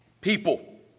people